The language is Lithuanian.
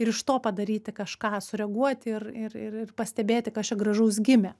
ir iš to padaryti kažką sureaguoti ir ir ir pastebėti kas čia gražaus gimė